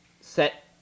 set